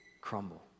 crumble